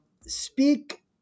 speak